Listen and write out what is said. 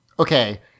Okay